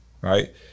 right